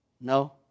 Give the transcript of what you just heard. No